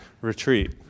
retreat